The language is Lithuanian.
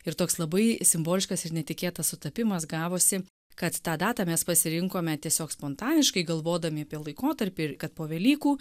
ir toks labai simboliškas ir netikėtas sutapimas gavosi kad tą datą mes pasirinkome tiesiog spontaniškai galvodami apie laikotarpį ir kad po velykų